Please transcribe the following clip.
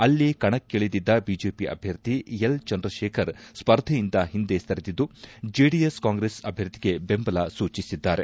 ಅಲ್ಲಿ ಕಣಕ್ಕಿಳಿದಿದ್ದ ಬಿಜೆಪಿ ಅಭ್ಯರ್ಥಿ ಎಲ್ಚಂದ್ರತೇಖರ್ ಸ್ಪರ್ಧೆಯಿಂದ ಹಿಂದೆ ಸರಿದಿದ್ದು ಜೆಡಿಎಸ್ ಕಾಂಗ್ರೆಸ್ ಅಭ್ಯರ್ಥಿಗೆ ಬೆಂಬಲ ಸೂಚಿಸಿದ್ದಾರೆ